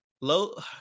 low